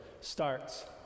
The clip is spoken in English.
starts